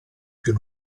più